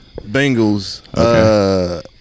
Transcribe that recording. Bengals